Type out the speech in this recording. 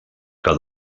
que